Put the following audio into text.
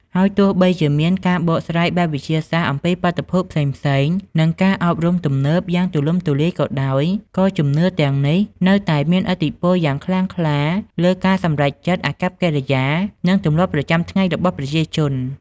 ហើយទោះបីជាមានការបកស្រាយបែបវិទ្យាសាស្ត្រអំពីបាតុភូតផ្សេងៗ និងការអប់រំទំនើបយ៉ាងទូលំទូលាយក៏ដោយ ក៏ជំនឿទាំងនេះនៅតែមានឥទ្ធិពលយ៉ាងខ្លាំងក្លាលើការសម្រេចចិត្ត អាកប្បកិរិយា និងទម្លាប់ប្រចាំថ្ងៃរបស់ប្រជាជន។